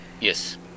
Yes